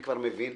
אני כבר מבין.